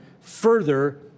further